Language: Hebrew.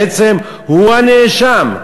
בעצם הוא הנאשם.